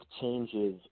changes